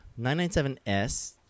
997S